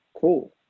Cool